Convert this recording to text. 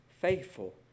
faithful